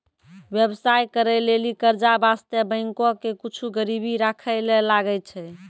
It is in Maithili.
व्यवसाय करै लेली कर्जा बासतें बैंको के कुछु गरीबी राखै ले लागै छै